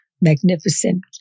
magnificent